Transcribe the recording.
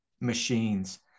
machines